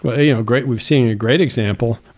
but you know, great, we've seen great example